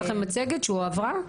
יש לכם מצגת שהועברה?